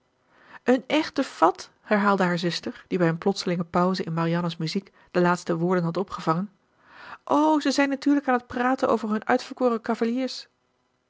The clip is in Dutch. een echte fat herhaalde haar zuster die bij een plotselinge pauze in marianne's muziek de laatste woorden had opgevangen o ze zijn natuurlijk aan t praten over hun uitverkoren cavaliers